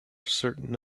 certain